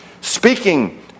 Speaking